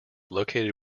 located